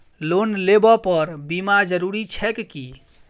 Loan लेबऽ पर बीमा जरूरी छैक की?